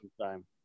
time